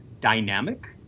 dynamic